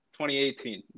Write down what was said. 2018